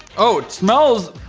oh it smells